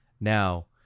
now